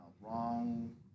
wrong